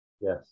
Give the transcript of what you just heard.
Yes